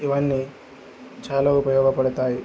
ఇవన్నీ చాలా ఉపయోగపడుతాయి